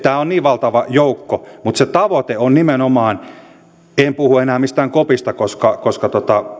tämä on niin valtava joukko mutta se tavoite on nimenomaan se en puhu enää mistään kopista koska koska